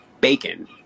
bacon